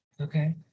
okay